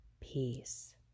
peace